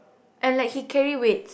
and like he carry weight